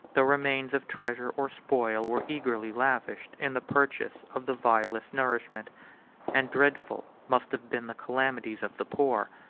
the remains of treasure or spoil were eagerly lavished in the purchase of the vilest nourishment and dreadful must have been the calamities of the poor,